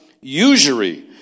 usury